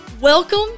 welcome